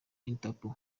interpol